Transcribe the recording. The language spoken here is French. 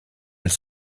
elle